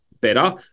better